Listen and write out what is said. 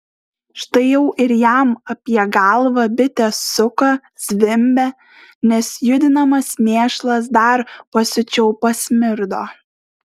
štai jau ir jam apie galvą bitė suka zvimbia nes judinamas mėšlas dar pasiučiau pasmirdo